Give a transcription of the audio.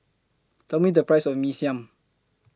Tell Me The Price of Mee Siam